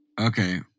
Okay